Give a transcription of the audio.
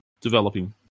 developing